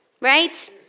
right